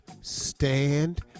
stand